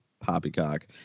poppycock